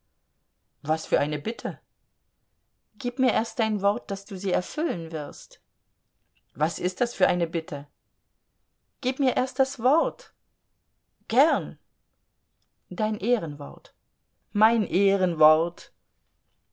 was für eine bitte gib mir erst dein wort daß du sie erfüllen wirst was ist das für eine bitte gib mir erst das wort gern dein ehrenwort mein ehrenwort